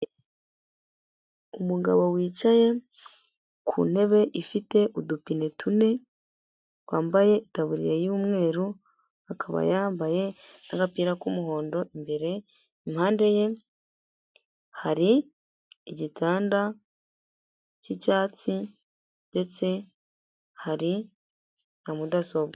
Umugabo wicaye ku ntebe ifite udupine tune, wambaye itaburiya y'umweru, akaba yambaye n'agapira k'umuhondo imbere, impande ye hari igitanda cy'icyatsi ndetse hari na mudasobwa.